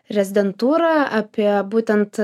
rezidentūrą apie būtent